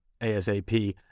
ASAP